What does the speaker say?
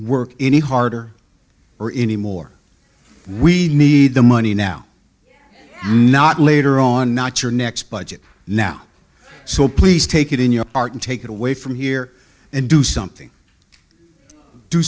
work any harder or any more we need the money now not later on not your next budget now so please take it in your heart and take it away from here and do something do